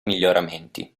miglioramenti